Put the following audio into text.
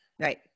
Right